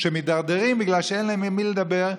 שמידרדרים בגלל שאין להם עם מי לדבר,